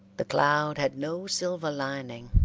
the cloud had no silver lining,